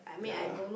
ya